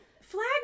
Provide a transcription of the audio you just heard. Flag